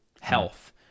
health